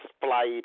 flight